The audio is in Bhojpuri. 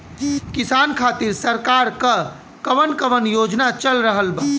किसान खातिर सरकार क कवन कवन योजना चल रहल बा?